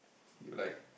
you like